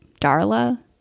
Darla